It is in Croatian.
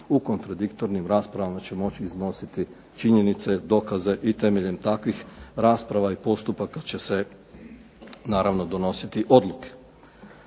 u kontradiktornim raspravama će moći iznositi činjenice, dokaze i temeljem takvih rasprava i postupaka će se naravno donositi odluke.